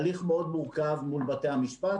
הליך מאוד מורכב מול בתי המשפט,